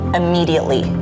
immediately